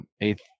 eighth